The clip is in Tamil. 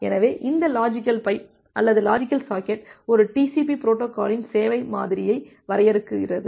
எனவே இந்த லாஜிக்கல் பைப் அல்லது லாஜிக்கல் சாக்கெட் ஒரு TCP பொரோட்டோகாலின் சேவை மாதிரியை வரையறுக்கிறது